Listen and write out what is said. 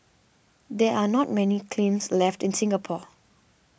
there are not many kilns left in Singapore